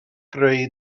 greu